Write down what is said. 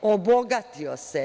Obogatio se.